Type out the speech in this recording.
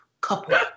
couple